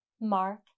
mark